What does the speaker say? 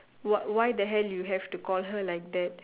why why the hell you have to call her like that